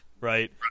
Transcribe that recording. Right